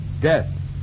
Death